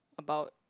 about